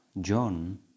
John